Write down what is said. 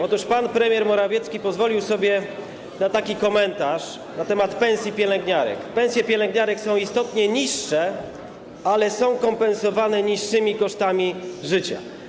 Otóż pan premier Morawiecki pozwolił sobie na taki komentarz na temat pensji pielęgniarek: Pensje pielęgniarek są istotnie niższe, ale są kompensowane niższymi kosztami życia.